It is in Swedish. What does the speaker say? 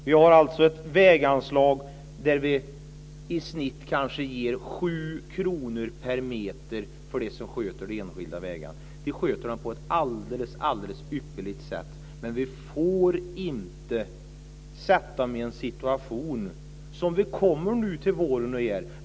Väganslaget räcker kanske i snitt till 7 kr per meter till dem som sköter de enskilda vägarna och som gör det på ett alldeles ypperligt sätt. Vi får inte försätta dessa väghållare i en sådan situation som kommer nu till våren igen.